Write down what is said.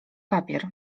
papier